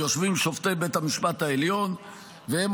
יושבים שופטי בית המשפט העליון והם